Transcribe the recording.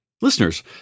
Listeners